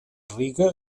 riga